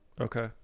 Okay